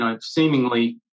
seemingly